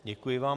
Děkuji vám.